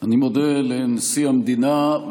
אני מודה לנשיא המדינה.